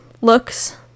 looks